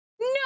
no